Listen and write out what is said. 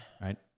Right